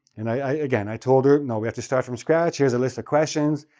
and i, again, i told her no, we have to start from scratch, here's a list of questions,